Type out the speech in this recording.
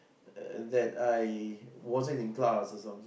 and that I wasn't in class or something